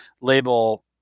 label